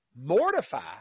mortify